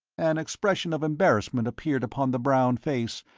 an expression of embarrassment appeared upon the brown face,